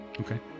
Okay